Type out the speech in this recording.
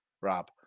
Rob